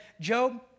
Job